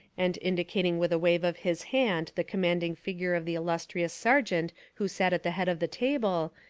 and indicating with a wave of his hand the commanding figure of the illustrious sergeant who sat at the head of the table,